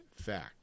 fact